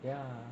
ya